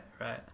right